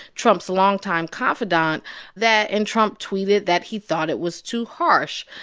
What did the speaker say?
trump's longtime confidant that and trump tweeted that he thought it was too harsh.